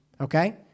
okay